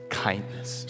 kindness